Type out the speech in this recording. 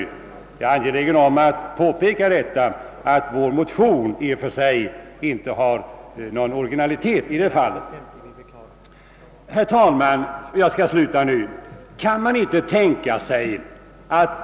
Jag är alltså angelägen att påpeka att förslaget i vår motion inte i och för sig är särskilt originellt. Herr talman!